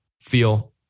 feel